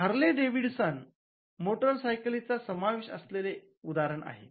Harley Davidson मोटारसायकलींचा समावेश असलेले उदाहरण आहे